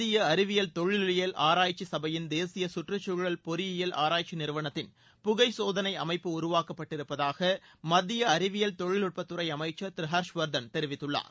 இந்திய அறிவியல் தொழிலியல் ஆராய்ச்சி சபையின் தேசிய சுற்றுச்சூழல் பொறியியல் ஆராய்ச்சி நிறுவனத்தின் புகை சோதனை அமைப்பு உருவாக்கப்பட்டு இருப்பதாக மத்திய அறிவியல் தொழில்நுட்பத்துறை அமைச்சர் திரு ஹர்ஷ்வர்தன் தெரிவித்துள்ளார்